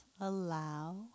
allow